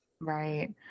Right